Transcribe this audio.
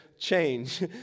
Change